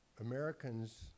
Americans